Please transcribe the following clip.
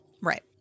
right